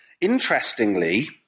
interestingly